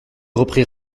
reprit